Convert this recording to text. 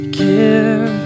give